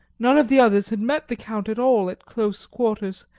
none of the others had met the count at all at close quarters,